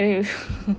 then you